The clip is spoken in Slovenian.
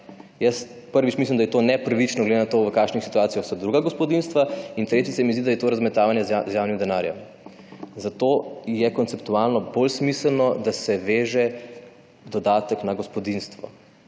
Jaz, prvič, mislim, da je to nepravično glede na to, v kakšnih situacijah so druga gospodinjstva, in drugič se mi zdi, da je to razmetavanje z javnim denarjem. Zato je konceptualno bolj smiselno, da se veže dodatek na gospodinjstvo.